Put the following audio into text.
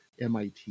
mit